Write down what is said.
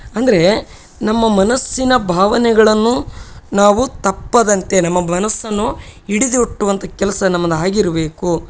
ಅಂದರೆ ನಮ್ಮ ಮನಸ್ಸಿನ ಭಾವನೆಗಳನ್ನು ನಾವು ತಪ್ಪದಂತೆ ನಮ್ಮ ಮನಸ್ಸನ್ನು ಹಿಡಿದಿಟ್ಟುವಂಥ ಕೆಲಸ ನಮ್ಮದಾಗಿರಬೇಕು